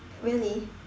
really